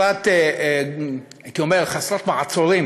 הייתי אומר חסרת מעצורים,